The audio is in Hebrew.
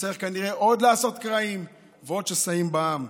שצריך כנראה לעשות עוד קרעים ועוד שסעים בעם,